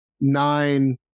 nine